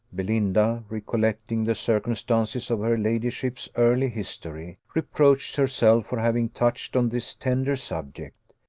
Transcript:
belinda, recollecting the circumstances of her ladyship's early history, reproached herself for having touched on this tender subject,